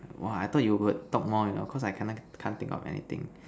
!wah! I thought you would talk more you know because I can't think of anything